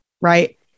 right